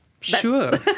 Sure